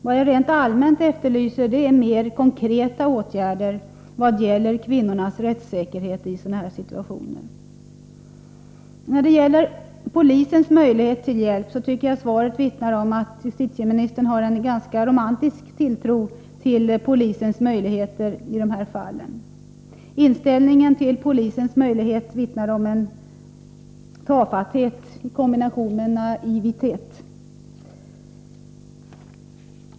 Vad jag rent allmänt efterlyser är mer konkreta åtgärder när det gäller kvinnornas rättssäkerhet i sådana här situationer. När det gäller polisens möjlighet att hjälpa, tycker jag att svaret vittnar om att justitieministern har en ganska romantisk tilltro till polisens möjligheter i dessa fall. Inställningen till polisens möjligheter vittnar om en tafatthet i kombination med en naivitet.